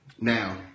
Now